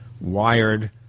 Wired